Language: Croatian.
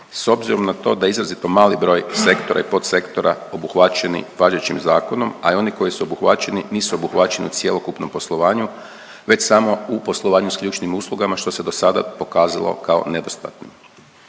s obzirom na to da je izrazito mladi broj sektora i podsektora obuhvaćeni važećim zakonom, a i oni koji su obuhvaćeni nisu obuhvaćeni u cjelokupnom poslovanju već samo u poslovanju s ključnim uslugama što se do sada pokazalo kao nedostatno.